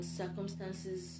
circumstances